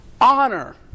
Honor